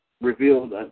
revealed